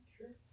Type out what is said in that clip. Sure